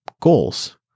Goals